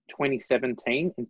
2017